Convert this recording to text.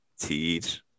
teach